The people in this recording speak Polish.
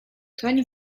toń